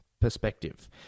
perspective